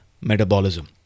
metabolism